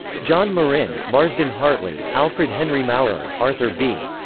john marin, marsden hartley, alfred henry maurer, arthur b.